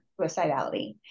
suicidality